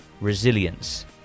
resilience